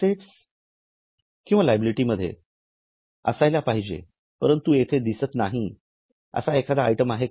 assets किंवा liability मध्ये असायला पाहिजे परंतु येथे दिसत नाही असा एखादा आयटम आहे का